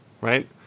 right